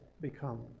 become